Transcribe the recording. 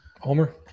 Homer